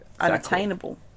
unattainable